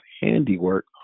handiwork